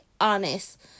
honest